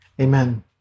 Amen